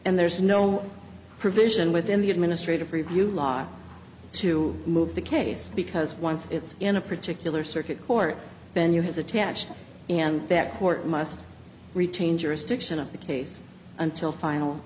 is no provision within the administrative review law to move the case because once it's in a particular circuit court venue has attached and that court must retain jurisdiction of the case until final